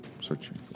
searching